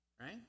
right